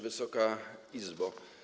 Wysoka Izbo!